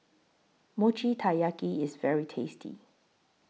Mochi Taiyaki IS very tasty